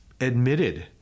admitted